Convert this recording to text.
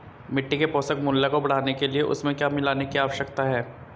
मिट्टी के पोषक मूल्य को बढ़ाने के लिए उसमें क्या मिलाने की आवश्यकता है?